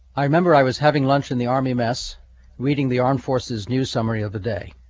i remember i was having lunch in the army mess reading the armed forces news summary of the day